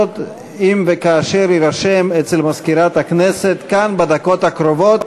אם וכאשר יירשם אצל מזכירת הכנסת כאן בדקות הקרובות.